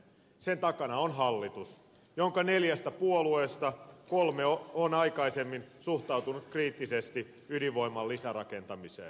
sen takana on hallitus jonka neljästä puolueesta kolme on aikaisemmin suhtautunut kriittisesti ydinvoiman lisärakentamiseen